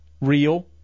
real